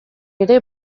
ere